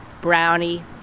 brownie